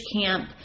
Camp